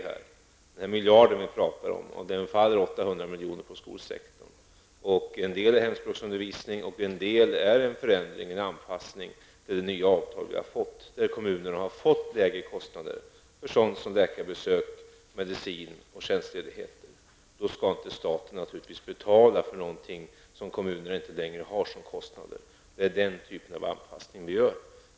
Av den miljard som vi talar om faller 800 milj.kr. på skolsektorn, en del till hemspråksundervisningen och en del är en förändring och anpassning till det nya avtal som vi har fått. När kommunerna har fått lägre kostnader för sådant som läkarbesök, medicin och tjänstledigheter, då skall inte staten naturligtvis betala för något kommunerna inte längre har som kostnader. Det är den typen av anpassningar som vi gör.